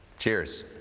cheers.